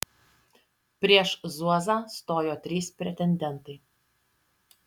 prieš zuozą stojo trys pretendentai